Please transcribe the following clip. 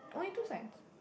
only two sides